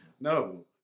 No